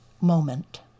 moment